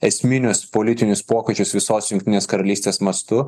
esminius politinius pokyčius visos jungtinės karalystės mastu